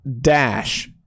Dash